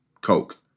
coke